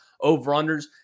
over-unders